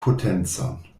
potencon